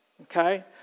Okay